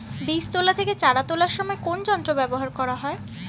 বীজ তোলা থেকে চারা তোলার সময় কোন যন্ত্র ব্যবহার করা হয়?